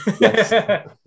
Yes